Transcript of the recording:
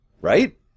right